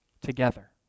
together